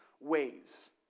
ways